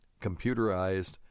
computerized